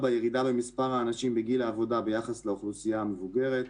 4. ירידה במספר האנשים בגיל העבודה ביחס לאוכלוסייה המבוגרת.